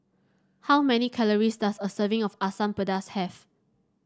how many calories does a serving of Asam Pedas have